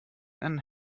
and